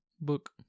book